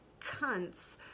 cunts